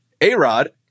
A-Rod